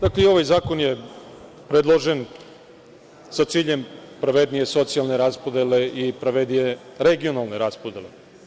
Dakle, i ovaj zakon je predložen sa ciljem pravednije socijalne raspodele i pravednije regionalne raspodele.